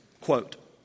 quote